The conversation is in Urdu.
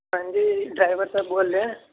ہاں جی ڈرائیور صاحب بول رہے ہیں